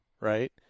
right